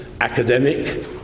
academic